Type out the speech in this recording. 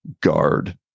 guard